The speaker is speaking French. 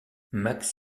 max